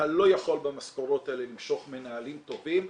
אתה לא יכול במשכורות האלה למשוך מנהלים טובים.